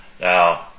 Now